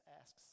asks